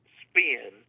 spin